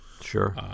Sure